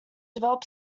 develop